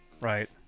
right